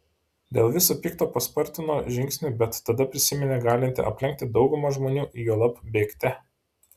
dėl viso pikto paspartino žingsnį bet tada prisiminė galinti aplenkti daugumą žmonių juolab bėgte